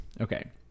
Okay